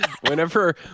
Whenever